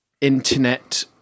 internet